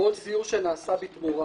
"כל סיור שנעשה בתמורה",